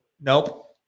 Nope